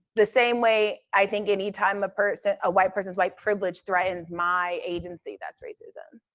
the same way, i think any time a person, a white person's white privilege threatens my agency, that's racism.